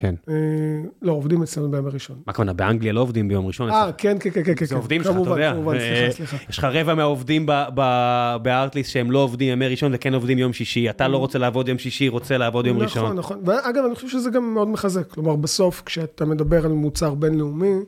לא, עובדים אצלנו בימי ראשון. מה הכוונה? באנגליה לא עובדים ביום ראשון. אהה, כן, כן, כן, כן, כן, כמובן, כמובן, סליחה, סליחה. יש לך רבע מהעובדים בארטליס שהם לא עובדים בימי ראשון, וכן עובדים ביום שישי, אתה לא רוצה לעבוד יום שישי, רוצה לעבוד יום ראשון. נכון, נכון, ואגב, אני חושב שזה גם מאוד מחזק, כלומר, בסוף, כשאתה מדבר על מוצר בינלאומי,